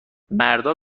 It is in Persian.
مردا